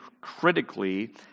critically